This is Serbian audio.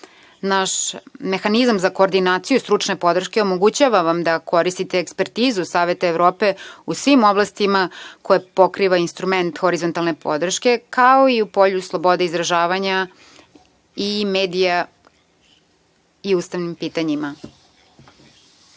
mehanizam za koordinaciju stručne podrške omogućava vam da koristite ekspertizu Saveta Evrope u svim oblastima koje pokriva instrument horizontalne podrške, kao i u polju slobode izražavanja i medija i ustavnim pitanjima.U